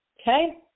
okay